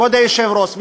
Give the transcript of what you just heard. כבוד היושב-ראש,